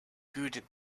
good